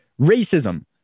racism